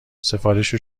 سفارش